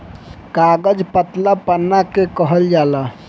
कागज पतला पन्ना के कहल जाला